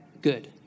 good